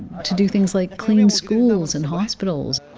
to do things like clean schools and hospitals